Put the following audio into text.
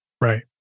Right